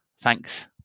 thanks